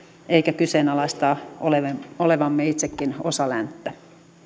eikä kyseenalaistaa sitä että olemme itsekin osa länttä